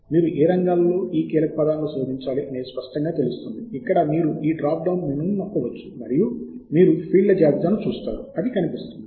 మీరు ఏ రంగాల్లో ఈ కీలకపదాలను శోధించాలి అనేది స్పష్టంగా తెలుస్తుంది ఇక్కడ మీరు ఈ డ్రాప్ డౌన్ మెనుని నొక్కవచ్చు మరియు మీరు ఫీల్డ్ల జాబితాను చూస్తారు కనిపిస్తుంది